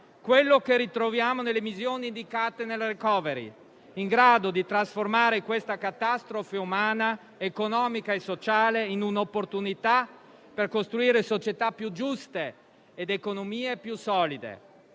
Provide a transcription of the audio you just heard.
quello che ritroviamo nelle missioni indicate nel *recovery plan*, in grado di trasformare questa catastrofe umana, economica e sociale in un'opportunità per costruire società più giuste ed economie più solide.